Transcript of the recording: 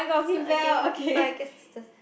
oh okay so I guess it's the